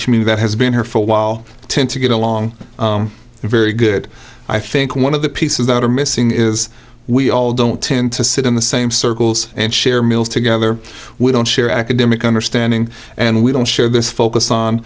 community that has been here for a while tend to get along very good i think one of the pieces that are missing is we all don't tend to sit in the same circles and share meals together we don't share academic understanding and we don't share this focus on